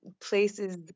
places